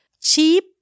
cheap